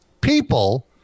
people